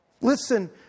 Listen